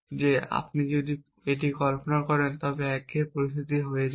যে আপনি যদি এটি কল্পনা করেন তবে একঘেয়ে পরিস্থিতি হয়ে যায়